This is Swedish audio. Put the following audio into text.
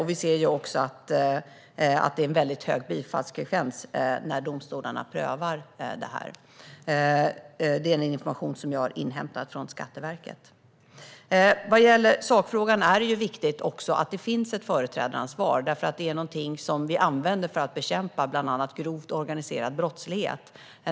Vi ser också att det är en väldigt hög bifallsfrekvens när domstolarna prövar detta. Det är den information som jag har inhämtat från Skatteverket. Vad gäller sakfrågan är det viktigt att det finns ett företrädaransvar. Det är någonting som vi använder för att bekämpa bland annat grovt organiserad brottslighet.